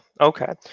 okay